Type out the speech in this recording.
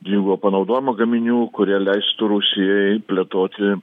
dvigubo panaudojimo gaminių kurie leistų rusijoj plėtoti